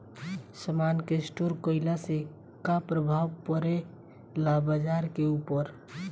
समान के स्टोर काइला से का प्रभाव परे ला बाजार के ऊपर?